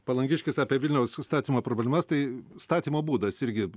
palangiškis apie vilniaus užstatymo problemas tai statymo būdas irgi